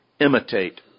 imitate